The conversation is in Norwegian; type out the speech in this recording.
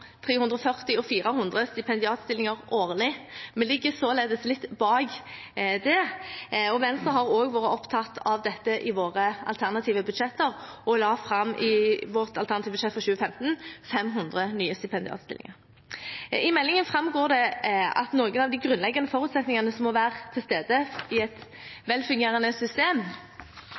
340 og 400 stipendiatstillinger årlig. Vi ligger således litt bak det, og Venstre har også vært opptatt av dette i sine alternative budsjetter og la i sitt alternative budsjett for 2015 fram 500 nye stipendiatstillinger. I meldingen framgår det at noen av de grunnleggende forutsetningene som må være til stede i et